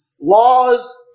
laws